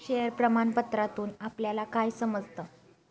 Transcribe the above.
Share प्रमाण पत्रातून आपल्याला काय समजतं?